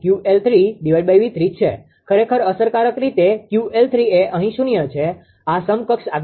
ખરેખર અસરકારક રીતે 𝑄𝑙3 એ અહીં શૂન્ય છે આ સમકક્ષ આકૃતિ છે